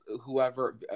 whoever